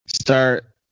Start